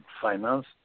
finance